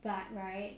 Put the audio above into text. but right